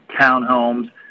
townhomes